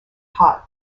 hot